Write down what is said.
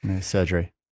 Surgery